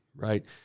right